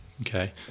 okay